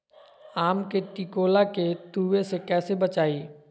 आम के टिकोला के तुवे से कैसे बचाई?